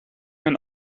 mein